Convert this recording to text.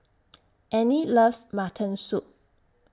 Anie loves Mutton Soup